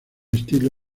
estilo